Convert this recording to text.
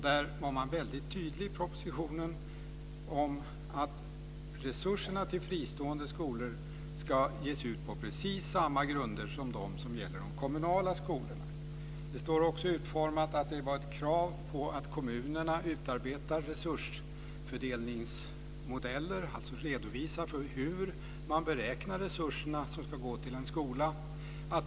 Där var man väldigt tydlig i propositionen. Resurserna till fristående skolor ska ges ut på precis samma grunder som de som gäller de kommunala skolorna. Det fanns också ett krav på att kommunerna utarbetar resursfördelningsmodeller, dvs. redovisar för hur de beräknar resurserna som ska gå till en skola.